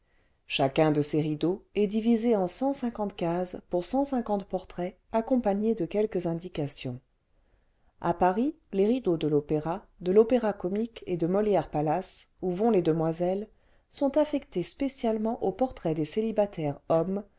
chacun de ces rideaux est divisé en cent cinquante cases pour cent cinquante portraits accompagnés de quelques indications a paris les rideaux de l'opéra de l'opéra-comique et de molièrepalace où vont les demoiselles sont affectés spécialement aux portraits des